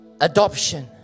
adoption